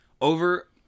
over